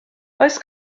oes